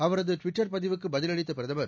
அவரது ட்விட்டர் பதிவுக்குப் பதிலளித்த பிரதமர்